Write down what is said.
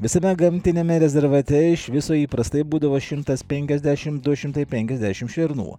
visame gamtiniame rezervate iš viso įprastai būdavo šimtas penkiasdešimt du šimtai penkiasdešimt šernų